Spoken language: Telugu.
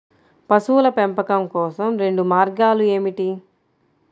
పశువుల పెంపకం కోసం రెండు మార్గాలు ఏమిటీ?